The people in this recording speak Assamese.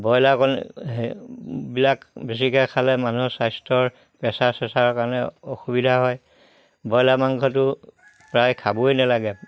ব্ৰইলাৰ বেছিকে খালে মানুহৰ স্বাস্থ্যৰ প্ৰেচাৰ চেচাৰৰ কাৰণে অসুবিধা হয় ব্ৰইলাৰ মাংসটো প্ৰায় খাবই নেলাগে